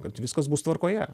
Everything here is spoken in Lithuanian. kad viskas bus tvarkoje